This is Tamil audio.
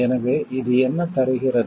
எனவே இது என்ன தருகிறது